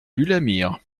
l’ulamir